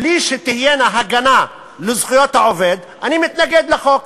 בלי שתהיה הגנה על זכויות העובד, אני מתנגד לחוק.